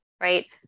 right